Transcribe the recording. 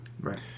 Right